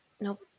Nope